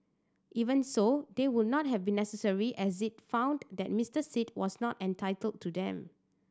even so they would not have been necessary as it found that Mister Sit was not entitled to them